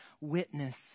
witness